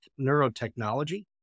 Neurotechnology